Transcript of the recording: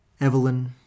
Evelyn